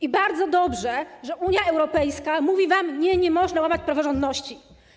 I bardzo dobrze, że Unia Europejska mówi wam: nie, nie można łamać praworządności.